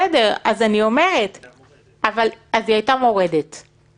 אז רק ניתנת אופציית הבחירה.